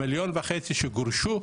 המיליון וחצי שגורשו,